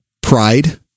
pride